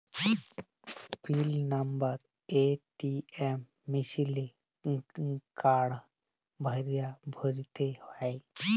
পিল number ATM মিশিলে card ভ্যইরে ক্যইরতে হ্যয়